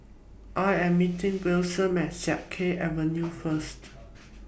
I Am meeting Wiliam At Siak Kew Avenue First